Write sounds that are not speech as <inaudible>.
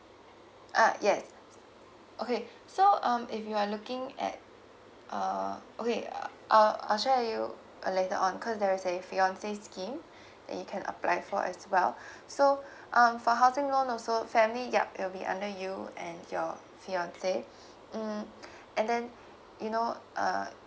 ah yes okay so um if you are looking at uh okay uh I'll share with you uh later on cause there is a fiance scheme <breath> that you can apply for as well <breath> so <breath> um for housing loan also family yup it'll be under you and your fiance <breath> mm and then you know uh